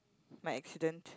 my accident